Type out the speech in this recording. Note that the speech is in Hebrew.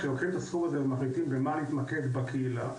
כשלוקחים את הסכום הזה ומחליטים במה להתמקד בקהילה,